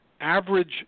average